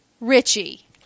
Richie